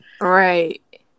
right